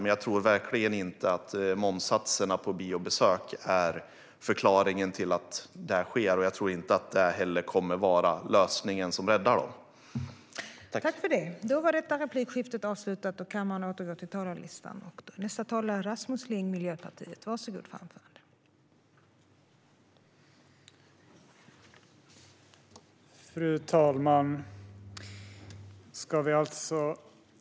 Men jag tror inte att momssatsen på biobesök är förklaringen till biografdöden, och jag tror inte heller att momssatsen kommer att vara lösningen som räddar biograferna.